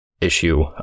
issue